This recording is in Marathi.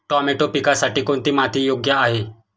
टोमॅटो पिकासाठी कोणती माती योग्य आहे?